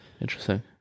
Interesting